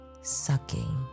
sucking